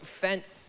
fence